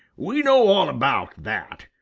we know all about that.